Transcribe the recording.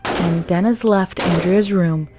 and dennis left andrea's room,